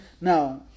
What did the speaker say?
Now